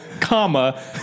comma